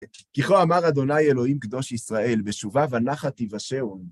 כי כה אמר אדוני אלוהים קדוש ישראל: בשובעץה ונחת תוושעון